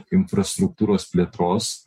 infrastruktūros plėtros